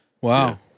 Wow